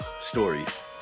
stories